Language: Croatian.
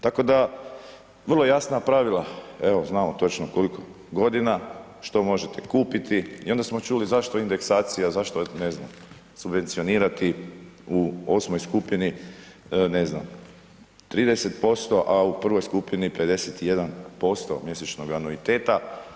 Tako da vrlo jasna pravila, evo znamo točko koliko godina, što možete kupiti i onda smo čuli zašto indeksacija, zašto ne znam, subvencionirati u 8 skupini ne znam 30%, a u 1 skupini 51% mjesečnog anuiteta.